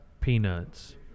Peanuts